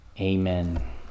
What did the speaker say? Amen